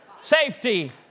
safety